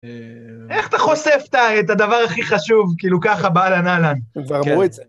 איך אתה חושף את הדבר הכי חשוב כאילו ככה באהלן אהלן